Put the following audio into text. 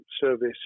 service